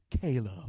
Caleb